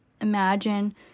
imagine